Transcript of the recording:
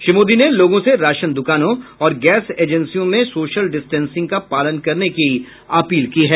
श्री मोदी ने लोगों से राशन दुकानों और गैस एजेंसियों में सोशल डिस्टेंसिंग का पालन करने की अपील की है